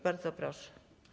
Bardzo proszę.